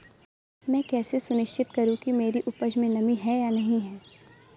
मैं कैसे सुनिश्चित करूँ कि मेरी उपज में नमी है या नहीं है?